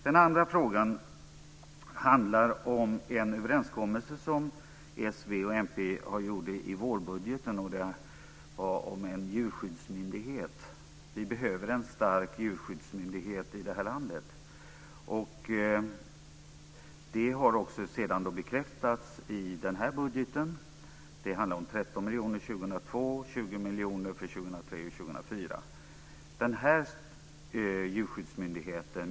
Den andra frågan handlar om en överenskommelse som s, v och mp gjorde i vårbudgeten om en djurskyddsmyndighet. Vi behöver en stark djurskyddsmyndighet i det här landet. Det har sedan bekräftats i den här budgeten. Det handlar om 13 miljoner kronor 2002 och 20 miljoner kronor för 2003 och 2004.